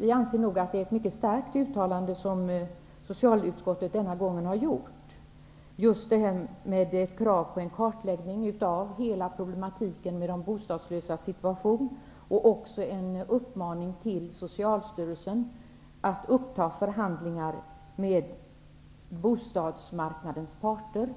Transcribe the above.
Vi anser att det är ett mycket starkt uttalande som socialutskottet denna gång har gjort, med krav på en kartläggning av hela problematiken med de bostadslösas situation och också en uppmaning till Socialstyrelsen att uppta förhandlingar med bostadsmarknadens parter.